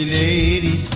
eighty